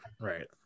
right